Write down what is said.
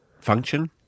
function